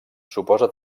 suposa